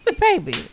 baby